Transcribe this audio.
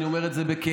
ואני אומר את זה בכאב,